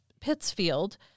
Pittsfield